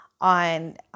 on